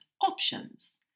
options